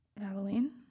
Halloween